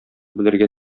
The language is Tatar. белергә